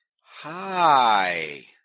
hi